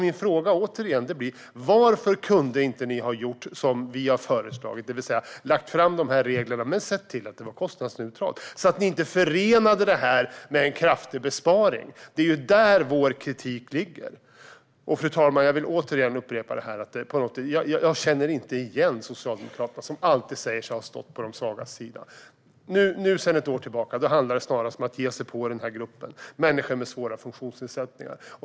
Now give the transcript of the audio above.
Min fråga blir åter: Varför gjorde ni inte som vi föreslog, det vill säga lade fram dessa regler men såg till att det var kostnadsneutralt, så att ni inte förenade det med en kraftig besparing? Det är i detta vår kritik ligger. Fru talman! Låt mig upprepa att jag inte känner igen Socialdemokraterna. De har alltid sagt sig stå på de svagas sida, men sedan ett år tillbaka handlar det snarast om att ge sig på gruppen människor med svåra funktionsnedsättningar.